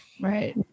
Right